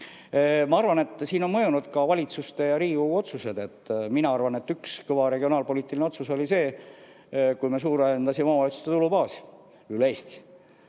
Ma arvan, et siin on mõju avaldanud ka valitsuse ja Riigikogu otsused. Mina arvan, et üks kõva regionaalpoliitiline otsus oli see, kui me suurendasime omavalitsuste tulubaasi üle Eesti.